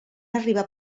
arribar